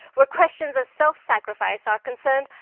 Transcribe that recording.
where questions of self-sacrifice are concerned,